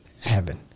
heaven